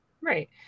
Right